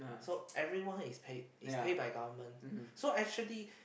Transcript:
so everyone is paid is pay by government so actually